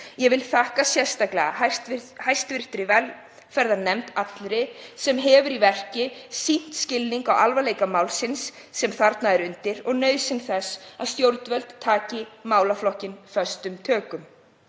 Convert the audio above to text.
Ég vil þakka sérstaklega hv. velferðarnefnd allri sem hefur í verki sýnt skilning á alvarleika málsins sem þarna er undir og nauðsyn þess að stjórnvöld taki málaflokkinn föstum tökum.